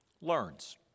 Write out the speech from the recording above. learns